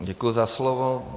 Děkuji za slovo.